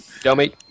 dummy